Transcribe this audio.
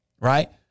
right